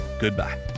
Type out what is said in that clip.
Goodbye